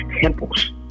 temples